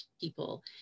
people